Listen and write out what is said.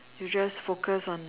you just focus on